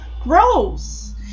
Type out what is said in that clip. Gross